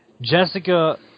Jessica